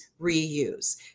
reuse